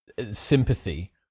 sympathy